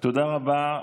תודה רבה.